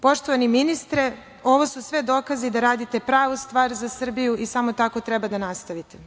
Poštovani ministre, ovu su sve dokazi da radite pravu stvar za Srbiju i samo tako treba da nastavite.